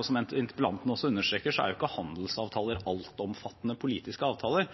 Og som interpellanten understreker, er ikke handelsavtaler altomfattende politiske avtaler.